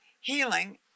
healing